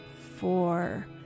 four